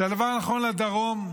זה הדבר הנכון לדרום,